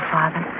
Father